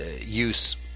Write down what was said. use